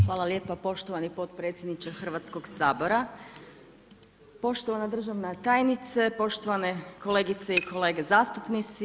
Hvala lijepa poštovani potpredsjedniče Hrvatskog sabora, poštovana državna tajnice, poštovane kolegice i kolege zastupnici.